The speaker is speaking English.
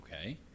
okay